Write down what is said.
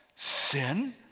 Sin